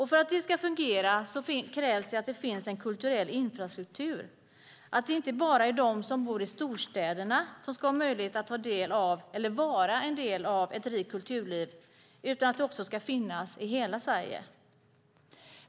För att det ska fungera krävs det att det finns en kulturell infrastruktur, att det inte bara är de som bor i storstäderna som ska ha möjlighet att ta del av, eller vara en del av, ett rikt kulturliv utan att ett sådant ska finnas i hela Sverige.